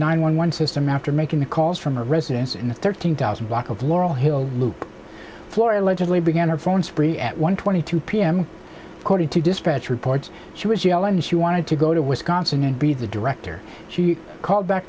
nine one one system after making the calls from a residence in the thirteen thousand block of laurel hill loop floor allegedly began her phone spree at one twenty two p m according to dispatch reports she was yelling that she wanted to go to wisconsin and be the director she called back